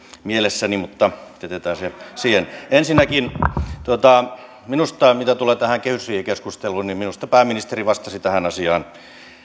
mielessäni mutta jätetään asia siihen ensinnäkin mitä tulee tähän kehysriihikeskusteluun niin minusta pääministeri vastasi tähän asiaan